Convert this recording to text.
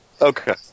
Okay